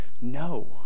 No